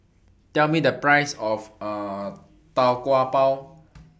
Tell Me The Price of Tau Kwa Pau